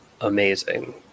amazing